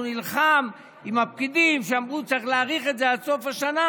הוא נלחם עם הפקידים שאמרו שצריך להאריך את זה עד סוף השנה,